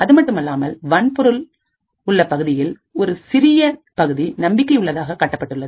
அதுமட்டுமல்லாமல் வன்பொருள் உள்ள பகுதியில் ஒரு சிறிய பகுதி நம்பிக்கை உள்ளதாக காட்டப்பட்டுள்ளது